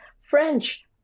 french